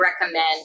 recommend